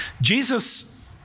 Jesus